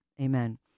Amen